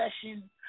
session